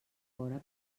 fora